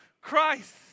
Christ